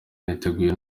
niteguye